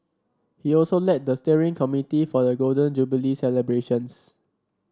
he also led the steering committee for the Golden Jubilee celebrations